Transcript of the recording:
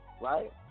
Right